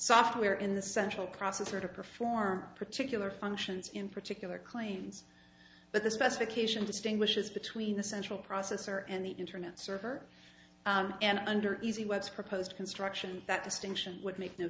software in the central processor to perform particular functions in particular claims but the specification distinguishes between the central processor and the internet server and under easy what's proposed construction that distinction would make no